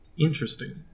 Interesting